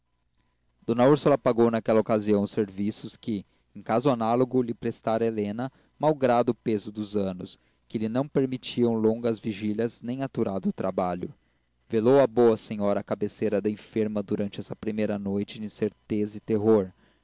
d úrsula pagou naquela ocasião os serviços que em caso análogo lhe prestara helena mau grado o peso dos anos que lhe não permitiam longas vigílias nem aturado trabalho velou a boa senhora à cabeceira da enferma durante essa primeira noite de incerteza e terror